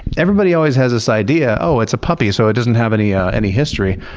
everybody always has this idea, oh, it's a puppy so it doesn't have any ah any history.